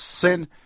sin